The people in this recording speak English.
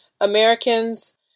Americans